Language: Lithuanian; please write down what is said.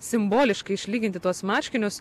simboliškai išlyginti tuos marškinius